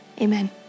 amen